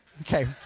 Okay